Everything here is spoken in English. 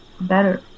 better